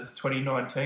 2019